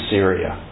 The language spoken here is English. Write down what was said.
Syria